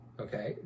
okay